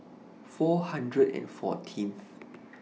four hundred and fourteenth